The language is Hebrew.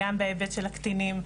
גם בהיבט של הקטינים,